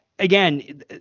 again